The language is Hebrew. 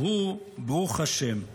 הנצי"ב מוולוז'ין בפירושו